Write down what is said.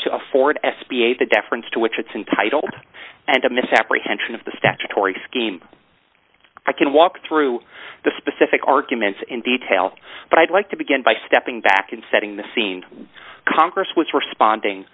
to afford s b a the deference to which it's untitled and a misapprehension of the statutory scheme i can walk through the specific arguments in detail but i'd like to begin by stepping back and setting the scene congress was responding